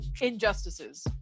injustices